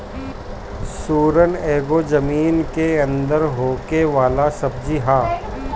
सुरन एगो जमीन के अंदर होखे वाला सब्जी हअ